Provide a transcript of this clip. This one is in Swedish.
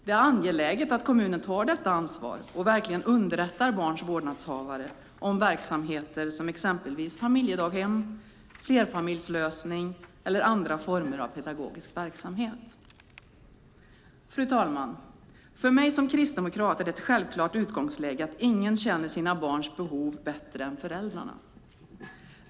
Det är angeläget att kommunen tar detta ansvar och verkligen underrättar barns vårdnadshavare om verksamheter som exempelvis familjedaghem, flerfamiljslösning eller andra former av pedagogisk verksamhet. Fru talman! För mig som kristdemokrat är det ett självklart utgångsläge att ingen känner sina barns behov bättre än föräldrarna.